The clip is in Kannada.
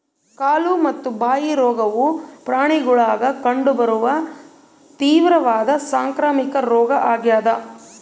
ಕಾಲು ಮತ್ತು ಬಾಯಿ ರೋಗವು ಪ್ರಾಣಿಗುಳಾಗ ಕಂಡು ಬರುವ ತೀವ್ರವಾದ ಸಾಂಕ್ರಾಮಿಕ ರೋಗ ಆಗ್ಯಾದ